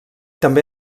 també